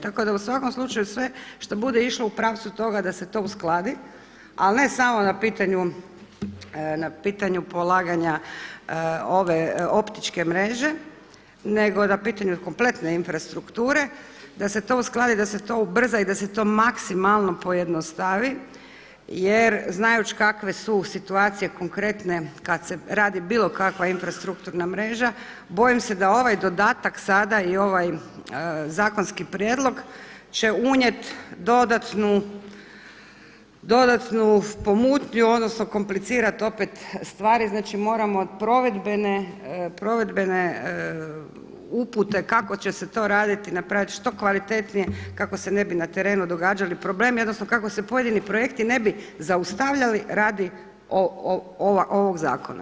Tako da u svakom slučaju sve što bude išlo u praksu toga da se to uskladi, ali ne samo na pitanju polaganja ove optičke mreže nego na pitanju kompletne infrastrukture, da se to uskladi i da se to ubrza i da se to maksimalno pojednostavi jer znajući kakve su situacije konkretne kada se radi bilo kakva infrastrukturna mreža, bojim se da ovaj dodatak sada i ovaj zakonski prijedlog će unijeti dodatnu pomutnju, odnosno komplicirati opet stvari, znači moramo provedbene upute kako će se to raditi napraviti što kvalitetnije kako se ne bi na terenu događali problemi odnosno kako se pojedini projekti ne bi zaustavljali radi ovog zakona.